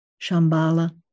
Shambhala